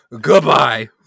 Goodbye